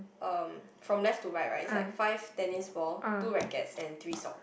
um from left to right right is like five tennis balls two rackets and three sock